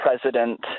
president